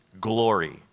glory